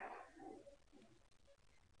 נחזור אחר כך.